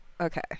Okay